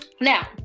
now